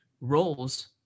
roles